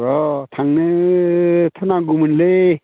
र' थांनोथ' नांगौमोनलै